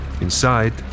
Inside